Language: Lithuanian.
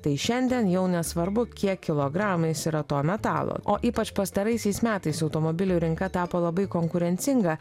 tai šiandien jau nesvarbu kiek kilogramais yra to metalo o ypač pastaraisiais metais automobilių rinka tapo labai konkurencinga